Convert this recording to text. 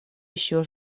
еще